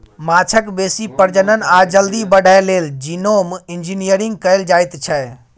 माछक बेसी प्रजनन आ जल्दी बढ़य लेल जीनोम इंजिनियरिंग कएल जाएत छै